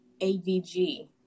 avg